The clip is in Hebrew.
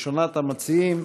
ראשונת המציעים